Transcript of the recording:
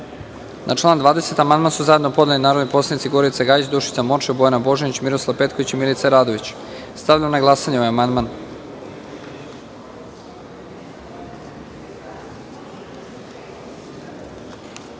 član 16. amandman su zajedno podneli narodni poslanici Gorica Gajić, Dušica Morčev, Bojana Božanić, Miroslav Petković i Milica Radović. Stavljam na glasanje ovaj amandman. Molim